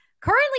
currently